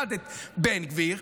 1. את בן גביר,